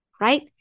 right